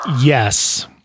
Yes